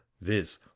viz